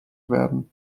werden